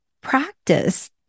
practice